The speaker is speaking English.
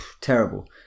terrible